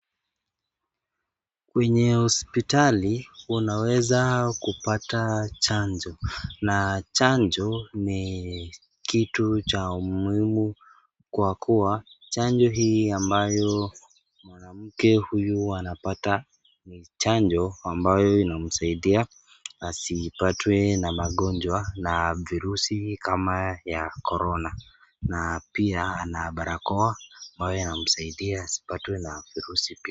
Kwenye hospitali unaweza kupata chanjo, na chanjo ni kitu cha muhimu kwa kuwa chanjo hii ambayo mwanamke huyu anapata ni chanjo ambayo inamsaidia asipatwe na magonjwa na virusi kama ya Koronana pia ako na barakoa ambayo inazuia asipatwe na virusi.